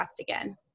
again